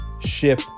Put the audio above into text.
ship